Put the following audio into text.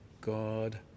God